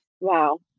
Wow